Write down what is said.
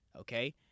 Okay